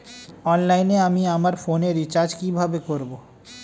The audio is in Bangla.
অনলাইনে আমি আমার ফোনে রিচার্জ কিভাবে করব?